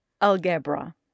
Algebra